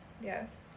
Yes